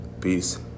Peace